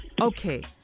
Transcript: Okay